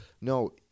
No